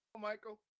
Michael